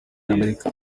y’amerika